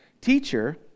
Teacher